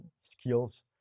skills